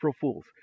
fools